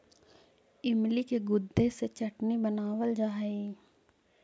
इमली के गुदे से चटनी बनावाल जा हई